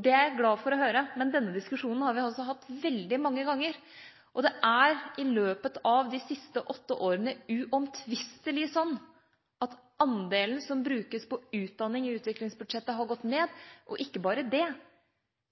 Det er jeg glad for å høre, men denne diskusjonen har vi hatt veldig mange ganger. Det har i løpet av de siste åtte årene uomtvistelig vært sånn at andelen som brukes på utdanning i utviklingsbudsjettet, har gått ned. Og ikke bare det –